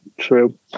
true